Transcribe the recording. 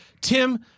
Tim